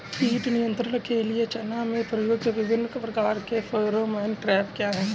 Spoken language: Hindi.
कीट नियंत्रण के लिए चना में प्रयुक्त विभिन्न प्रकार के फेरोमोन ट्रैप क्या है?